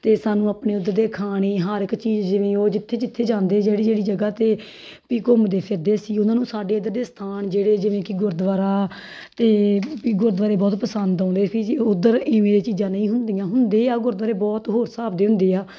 ਅਤੇ ਸਾਨੂੰ ਆਪਣੇ ਉੱਧਰ ਦੇ ਖਾਣੇ ਹਰ ਇੱਕ ਚੀਜ਼ ਜਿਵੇਂ ਉਹ ਜਿੱਥੇ ਜਿੱਥੇ ਜਾਂਦੇ ਜਿਹੜੀ ਜਿਹੜੀ ਜਗ੍ਹਾ 'ਤੇ ਵੀ ਘੁੰਮਦੇ ਫਿਰਦੇ ਸੀ ਉਹਨਾਂ ਨੂੰ ਸਾਡੇ ਇੱਧਰ ਦੇ ਸਥਾਨ ਜਿਹੜੇ ਜਿਵੇਂ ਕਿ ਗੁਰਦੁਆਰਾ ਅਤੇ ਵੀ ਗੁਰਦੁਆਰੇ ਬਹੁਤ ਪਸੰਦ ਆਉਂਦੇ ਸੀ ਜੀ ਉੱਧਰ ਇਵੇਂ ਚੀਜ਼ਾਂ ਨਹੀਂ ਹੁੰਦੀਆਂ ਹੁੰਦੇ ਆ ਗੁਰਦੁਆਰੇ ਬਹੁਤ ਹੋਰ ਹਿਸਾਬ ਦੇ ਹੁੰਦੇ ਆ